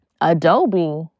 Adobe